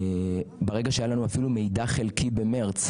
ברגע שהיה לנו אפילו מידע חלקי במרץ,